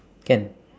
can